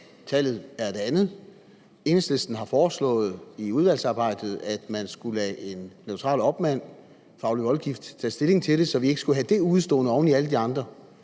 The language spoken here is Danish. tallet er et andet. Enhedslisten har foreslået i udvalgsarbejdet, at man skulle lade en neutral opmand, en faglig voldgift, tage stilling til det, så vi ikke skulle have det udestående oven i alle de andre.